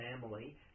family